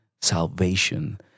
salvation